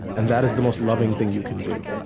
and that is the most loving thing you can do,